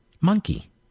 monkey